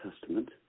Testament